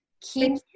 Keep